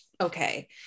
Okay